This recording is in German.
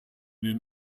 den